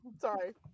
sorry